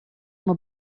uma